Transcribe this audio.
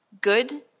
Good